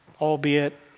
albeit